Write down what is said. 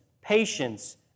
patience